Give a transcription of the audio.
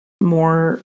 more